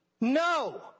No